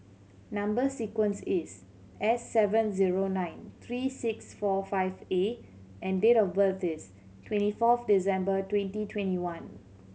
number sequence is S seven zero nine three six four five A and date of birth is twenty fourth December twenty twenty one